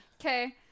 okay